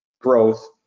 growth